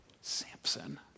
Samson